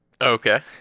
Okay